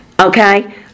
Okay